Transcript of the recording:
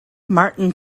martin